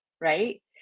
right